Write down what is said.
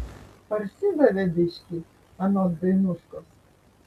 parsidavė biškį anot dainuškos